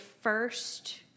first